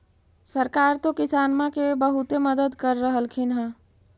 सरकार तो किसानमा के बहुते मदद कर रहल्खिन ह?